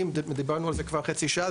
דיברנו על כך חצי שעה,